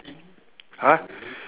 !huh!